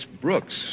Brooks